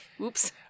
Oops